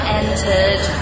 entered